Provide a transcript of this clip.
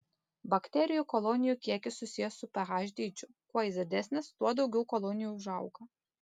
bakterijų kolonijų kiekis susijęs su ph dydžiu kuo jis didesnis tuo daugiau kolonijų užauga